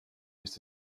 ist